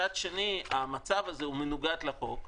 מצד שני המצב הזה מנוגד לחוק,